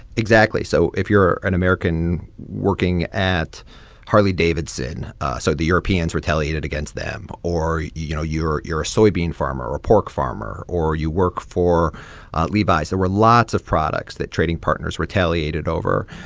exactly. so if you're an american working at harley-davidson so the europeans retaliated against them or, you know, you're you're a soybean farmer or a pork farmer or you work for levi's. there were lots of products that trading partners retaliated over.